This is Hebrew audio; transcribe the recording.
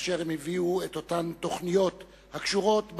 כאשר הם הביאו את אותן תוכניות הקשורות בעם,